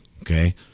Okay